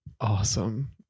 awesome